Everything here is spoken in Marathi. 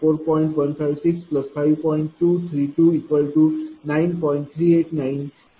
389 kVAr per phaseआहे